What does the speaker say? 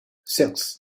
six